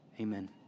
Amen